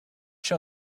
show